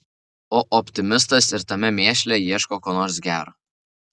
o optimistas ir tame mėšle ieško ko nors gero